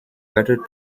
better